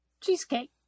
Cheesecake